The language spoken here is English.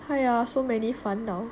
!aiya! so many 烦恼